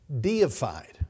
deified